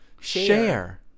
share